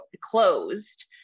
closed